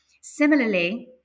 Similarly